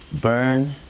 burn